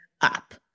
up